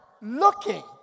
looking